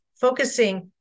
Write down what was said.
focusing